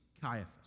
Caiaphas